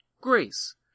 grace